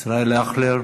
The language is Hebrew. ישראל אייכלר?